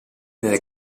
nelle